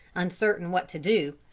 uncertain what to do,